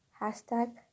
Hashtag